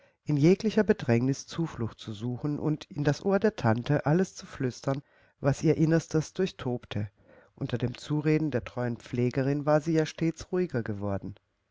in jeglicher bedrängnis zuflucht zu suchen und in das ohr der tante alles zu flüstern was ihr inneres durchtobte unter dem zureden der treuen pflegerin war sie ja stets ruhiger geworden